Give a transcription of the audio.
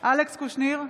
אלכס קושניר,